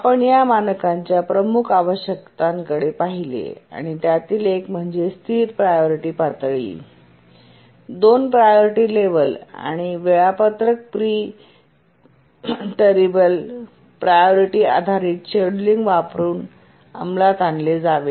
आपण या मानकांच्या प्रमुख आवश्यकतांकडे पाहिले आणि त्यातील एक म्हणजे स्थिर प्रायोरिटी पातळी २ प्रायोरिटी लेवल्स वेळापत्रक प्रीटरिटेबल प्रायोरिटी आधारित शेड्यूलिंग वापरुन अंमलात आणले जावे